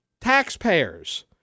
taxpayers